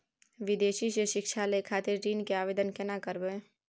विदेश से शिक्षा लय खातिर ऋण के आवदेन केना करबे?